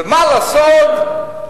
ומה לעשות,